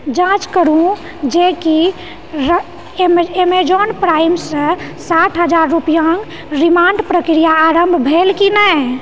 जाँच करू जे की एमेजौन प्राइम सँ साठि हजार रुपआक रिमाण्ड प्रक्रिया आरम्भ भेल की नहि